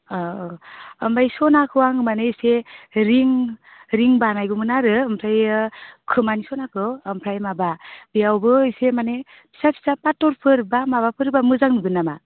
औ औ ओमफ्राय सनाखो आं माने एसे रिं बानायगौमोन आरो ओमफ्राय खोमानि सनाखौ ओमफ्राय माबा बेयावबो एसे माने फिसा फिसा फाथरफोर बा माबाफोर होबा मोजां नुगोन नामा